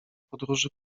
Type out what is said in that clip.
podróży